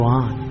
on